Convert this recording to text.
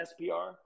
SPR